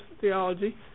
theology